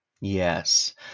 Yes